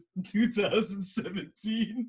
2017